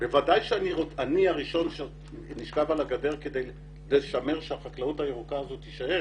בוודאי שאני הראשון שנשכב על הגדר כדי לשמר שהחקלאות הירוקה הזאת תישאר